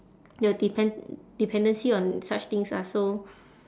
your depend~ dependency on such things are so